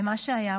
למה שהיה.